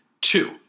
Two